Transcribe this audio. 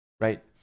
right